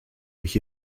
mich